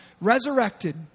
resurrected